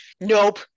nope